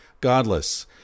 Godless